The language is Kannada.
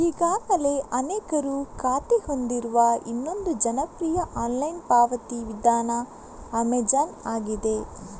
ಈಗಾಗಲೇ ಅನೇಕರು ಖಾತೆ ಹೊಂದಿರುವ ಇನ್ನೊಂದು ಜನಪ್ರಿಯ ಆನ್ಲೈನ್ ಪಾವತಿ ವಿಧಾನ ಅಮೆಜಾನ್ ಆಗಿದೆ